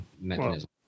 mechanism